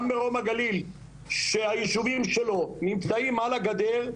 גם מרום הגליל שהישובים שלו נמצאים על הגדר,